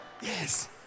Yes